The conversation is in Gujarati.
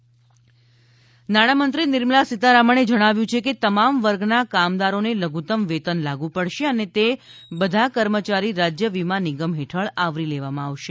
બજેટ કામદારો નાણા મંત્રી નિર્મળા સીતારમણે જણાવ્યું છે કે તમામ વર્ગના કામદારોને લધુતમ વેતન લાગુ પડશે અને તેબધા કર્મચારી રાજ્ય વીમા નિગમ હેઠળ આવરી લેવામાં આવશે